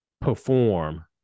perform